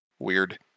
Weird